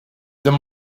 this